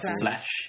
Flash